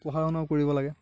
পঢ়া শুনাও কৰিব লাগে